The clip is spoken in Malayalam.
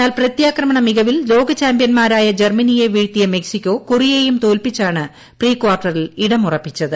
എന്നാൽ പ്രത്യാക്രമണ മികവിൽ ലോകചാമ്പൃന്മാരായ ജർമ്മനിയെ വീഴ്ത്തിയ മെക്സിക്കോ കൊറിയേയും തോൽപ്പിച്ചാണ് പ്രീ കാർട്ടറിൽ ഇടം ഉറപ്പിച്ചത്